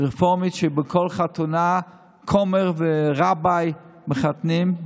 שבכל חתונה כומר ורבי מחתנים.